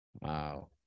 wow